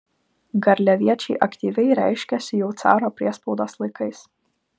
garliaviečiai aktyviai reiškėsi jau caro priespaudos laikais